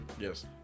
Yes